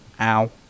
ow